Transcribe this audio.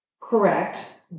Correct